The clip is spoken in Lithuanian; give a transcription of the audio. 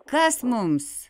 kas mums